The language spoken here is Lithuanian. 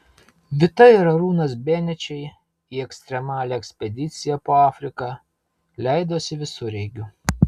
vita ir arūnas benečiai į ekstremalią ekspediciją po afriką leidosi visureigiu